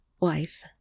wife